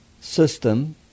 system